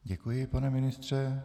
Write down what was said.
Děkuji, pane ministře.